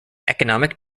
economic